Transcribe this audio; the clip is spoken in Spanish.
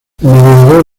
navegador